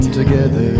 together